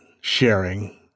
sharing